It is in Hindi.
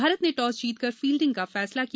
भारत ने टॉस जीतकर फील्डिंग का फैसला किया